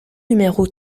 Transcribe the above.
numéro